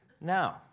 Now